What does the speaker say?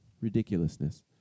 ridiculousness